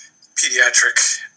pediatric